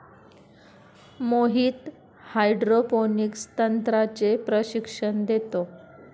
Mohit hydroponics तंत्राचे प्रशिक्षण देतो